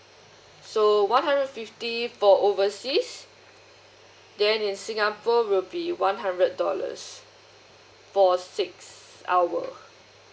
so one hundred fifty for overseas then in singapore will be one hundred dollars for six hour